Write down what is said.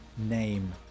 name